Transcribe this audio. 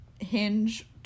hinge